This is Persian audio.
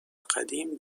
قدیم